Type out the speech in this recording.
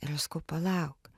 ir aš sakau palauk